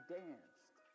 danced